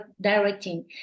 directing